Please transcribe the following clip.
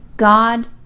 God